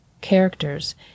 characters